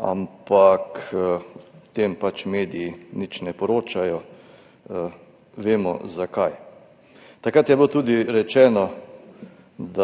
ampak o tem pač mediji nič ne poročajo. Vemo, zakaj. Takrat je bilo tudi rečeno s